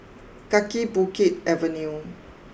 Kaki Bukit Avenue